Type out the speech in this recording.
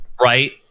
Right